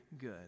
good